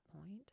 point